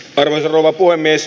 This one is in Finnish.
arvoisa rouva puhemies